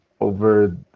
over